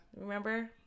remember